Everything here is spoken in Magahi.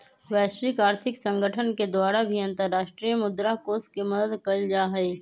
वैश्विक आर्थिक संगठन के द्वारा भी अन्तर्राष्ट्रीय मुद्रा कोष के मदद कइल जाहई